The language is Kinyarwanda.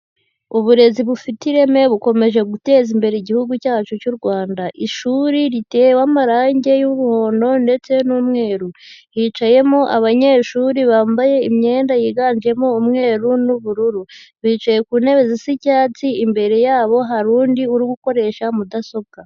Uburezi bufite ireme bukomeje guteza imbere igihugu cyacu cy'u Rwanda, ishuri ritewe amarange y'umuhondo ndetse n'umweru, hicayemo abanyeshuri bambaye imyenda yiganjemo umweru n'ubururu, bicaye ku ntebe zisa icyatsi, imbere yabo hari undi uri gukoresha mudasobwa.